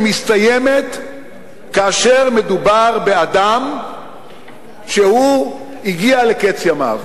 מסתיימת כאשר מדובר באדם שהגיע לקץ ימיו.